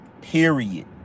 period